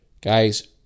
guys